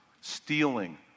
stealing